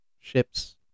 ships